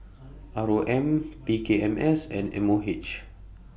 R O M P K M S and M O H